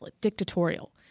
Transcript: dictatorial